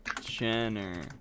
Jenner